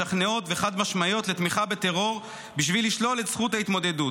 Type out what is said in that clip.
משכנעות וחד-משמעיות לתמיכה בטרור בשביל לשלול את זכות ההתמודדות.